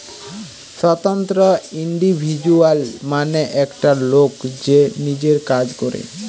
স্বতন্ত্র ইন্ডিভিজুয়াল মানে একটা লোক যে নিজের কাজ করে